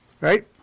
right